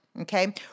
Okay